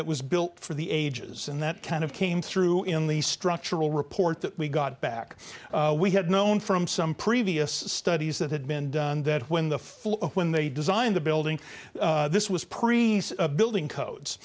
that was built for the ages and that kind of came through in the structural report that we got back we had known from some previous studies that had been done that when the floor when they designed the building this was precise building codes